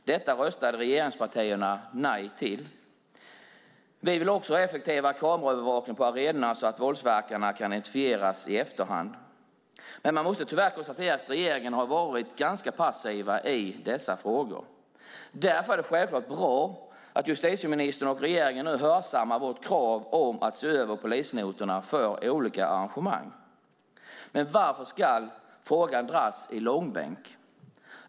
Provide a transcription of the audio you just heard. Detta röstade regeringspartierna nej till. Vi vill också ha effektiv kameraövervakning på arenorna så att våldsverkarna kan identifieras i efterhand. Men man måste tyvärr konstatera att regeringen har varit ganska passiv i dessa frågor. Därför är det självklart bra att justitieministern och regeringen nu hörsammar vårt krav om att se över polisnotorna för olika arrangemang. Varför ska frågan dras i långbänk?